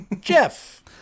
Jeff